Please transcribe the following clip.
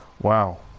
Wow